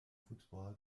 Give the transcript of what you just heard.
فوتبال